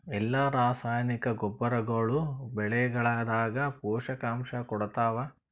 ಎಲ್ಲಾ ರಾಸಾಯನಿಕ ಗೊಬ್ಬರಗೊಳ್ಳು ಬೆಳೆಗಳದಾಗ ಪೋಷಕಾಂಶ ಕೊಡತಾವ?